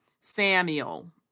samuel